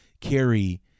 carry